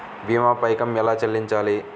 భీమా పైకం ఎలా చెల్లించాలి?